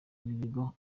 bw’ibigo